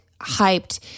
hyped